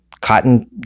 cotton